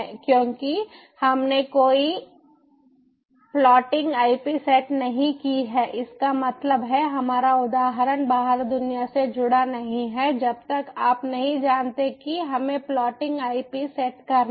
क्योंकि हमने कोई फ्लोटिंग IP सेट नहीं की है इसका मतलब है हमारा उदाहरण बाहर दुनिया से जुड़ा नहीं है जब तक आप नहीं जानते कि हमें फ्लोटिंग आईपी सेट करना है